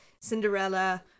Cinderella